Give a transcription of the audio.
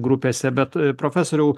grupėse bet profesoriau